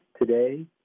today